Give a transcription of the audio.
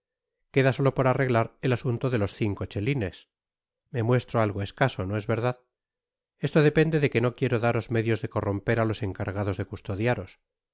queda solo por arreglar el asunto de los cinco chelines me muestro algo escaso no es verdad esto depende de que no quiero daros medios de corromper á los encargados de custodiaros